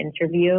interview